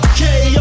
Okay